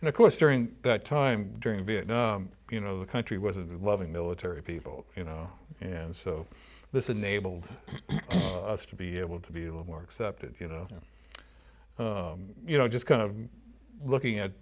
and of course during that time during vietnam you know the country wasn't a loving military people you know and so this enabled us to be able to be a little more accepted you know you know just kind of looking at